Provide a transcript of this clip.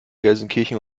gelsenkirchen